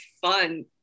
fun